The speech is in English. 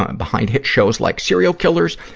ah and behind hit shows like serial killers,